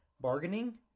bargaining